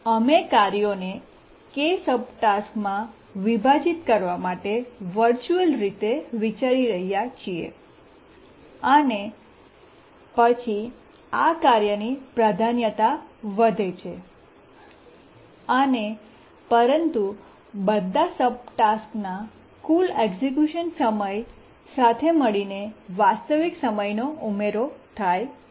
અમે કાર્યોને કે સબટાસ્કમાં વિભાજીત કરવા માટે વર્ચ્યુઅલ રીતે વિચારી રહ્યા છીએ અને પછી આ કાર્યની પ્રાધાન્યતા વધે છે અને પરંતુ બધા સબટાસ્કના કુલ એક્ઝેક્યુશન સમય સાથે મળીને વાસ્તવિક સમયનો ઉમેરો થાય છે